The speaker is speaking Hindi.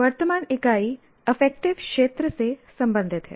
वर्तमान इकाई अफेक्टिव क्षेत्र से संबंधित है